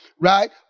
Right